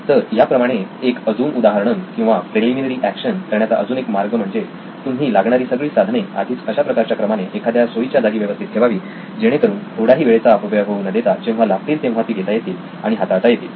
तर या प्रमाणे एक अजून उदाहरण किंवा प्रेलिमिनरी ऍक्शन करण्याचा अजून एक मार्ग म्हणजे तुम्ही लागणारी सगळी साधने आधीच अशा प्रकारच्या क्रमाने एखाद्या सोयीच्या जागी व्यवस्थित ठेवावी जेणेकरून थोडाही वेळेचा अपव्यय होऊन देता जेव्हा लागतील तेव्हा ती घेता येतील आणि हाताळता येतील